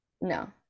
no